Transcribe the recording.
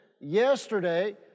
yesterday